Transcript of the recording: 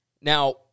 Now